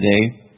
today